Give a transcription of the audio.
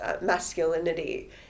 masculinity